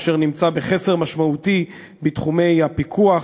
הוא נמצא בחסר משמעותי בתחומי הפיקוח,